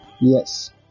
Yes